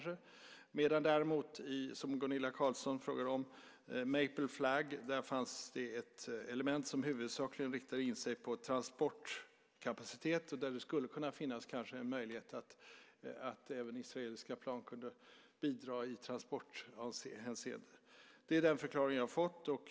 Däremot fanns det, när det gäller det som Gunilla Carlsson frågade om, i Maple Flag ett element som huvudsakligen riktade in sig på transportkapacitet, där det eventuellt skulle vara möjligt att även israeliska plan kunde bidra i transporthänseende. Det är den förklaring som jag har fått.